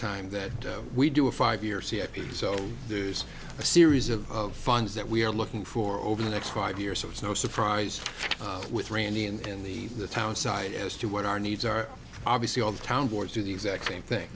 time that we do a five year c f p so there's a series of funds that we are looking for over the next five years so it's no surprise with randy and the the town side as to what our needs are obviously all the town boards do the exact same thing